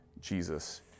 Jesus